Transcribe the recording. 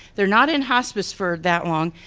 they're not in hospice for that long,